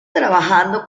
trabajando